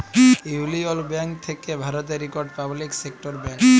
ইউলিয়ল ব্যাংক থ্যাকে ভারতের ইকট পাবলিক সেক্টর ব্যাংক